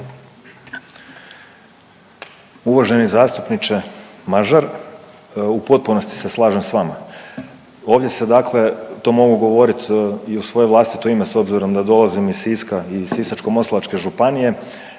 Uvaženi zastupniče Mažar, u potpunosti se slažem s vama, ovdje se dakle, to mogu govorit i u svoje vlastito ime s obzirom da dolazim iz Siska i iz Sisačko-moslavačke županije,